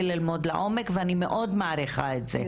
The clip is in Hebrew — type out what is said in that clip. ללמוד לעומק ואני מאוד מעריכה את זה.